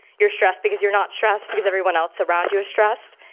you're stressed because you're not stressed because everyone else around you is stressed.